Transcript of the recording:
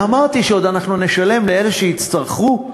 ואמרתי שאנחנו עוד נשלם לאלה שיצטרכו,